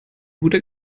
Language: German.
guter